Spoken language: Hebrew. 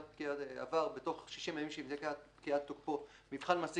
"עבר בתוך 60 ימים שלפני פקיעת תוקפו מבחן מעשי